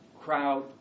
crowd